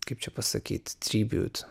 kaip čia pasakyt tribjūt